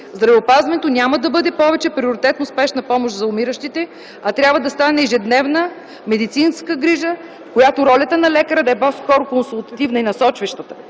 Здравеопазването няма да бъде повече приоритетно спешна помощ за умиращите, а трябва да стане ежедневна медицинска грижа, в която ролята на лекаря трябва да е по-скоро консултативна и насочваща.